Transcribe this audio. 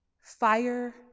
fire